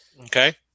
okay